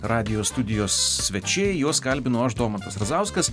radijo studijos svečiai juos kalbinu aš domantas razauskas